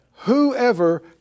Whoever